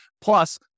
Plus